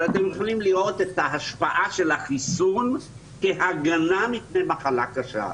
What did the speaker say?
אבל אתם יכולים לראות את ההשפעה של החיסון כהגנה מפני מחלה קשה,